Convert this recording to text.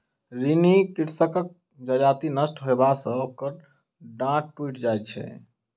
ऋणी कृषकक जजति नष्ट होयबा सॅ ओकर डाँड़ टुइट जाइत छै